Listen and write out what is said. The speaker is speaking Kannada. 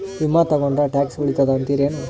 ವಿಮಾ ತೊಗೊಂಡ್ರ ಟ್ಯಾಕ್ಸ ಉಳಿತದ ಅಂತಿರೇನು?